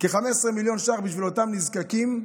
כ-15 מיליון ש"ח בשביל אותם נזקקים,